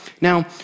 Now